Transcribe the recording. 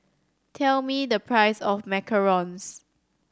tell me the price of macarons